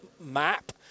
map